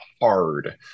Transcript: hard